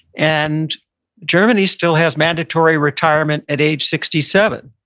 and germany still has mandatory retirement at age sixty seven.